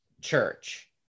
church